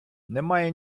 немає